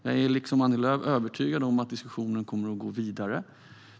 Jag är liksom Annie Lööf övertygad om att diskussionen kommer att gå vidare.